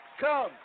come